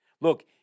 Look